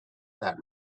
that